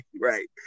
right